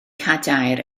cadair